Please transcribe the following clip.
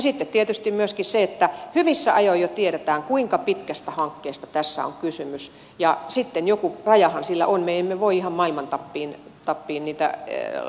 sitten tietysti on myöskin se että hyvissä ajoin jo tiedetään kuinka pitkästä hankkeesta tässä on kysymys ja sitten joku rajahan sillä on me emme voi ihan maailman tappiin niitä tukea